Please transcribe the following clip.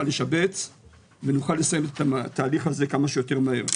לשבץ ונוכל לסיים את התהליך הזה כמה שיותר מהר,